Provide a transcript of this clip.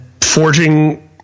forging